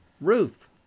Ruth